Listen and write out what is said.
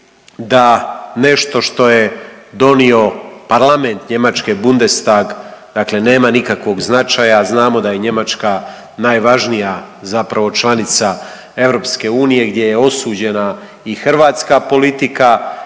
da nešto što je donio parlament Njemačke Bundestag, dakle nema nikakvog značaja, znamo da je Njemačka najvažnija zapravo članica EU gdje je osuđena i hrvatska politika,